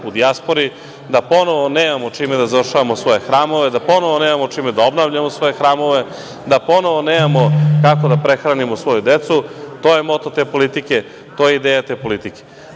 u dijasporo, da ponovo nemamo čime da završavamo svoje hramove, da ponovo nemamo čime da obnavljamo svoje hramove, da ponovo nemamo kako da prehranimo svoju decu. To je moto te politike. To je ideja te politike. Podržavam